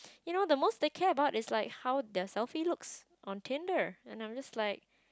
you know they most they care about is like how their selfie looks on Tinder and I'm just like